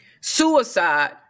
suicide